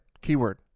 Keyword